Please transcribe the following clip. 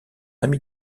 ami